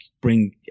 bring